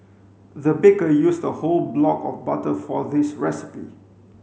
the baker used a whole block of butter for this recipe